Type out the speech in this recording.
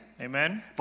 amen